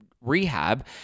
rehab